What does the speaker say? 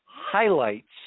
highlights